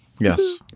yes